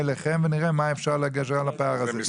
אנחנו נפנה אליכם ונראה איך אפשר לגשר על הפער הזה.